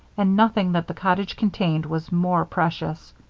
and nothing that the cottage contained was more precious.